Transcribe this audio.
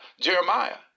Jeremiah